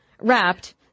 wrapped